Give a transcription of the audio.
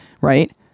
right